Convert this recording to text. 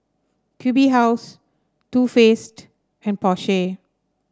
Q B House Too Faced and Porsche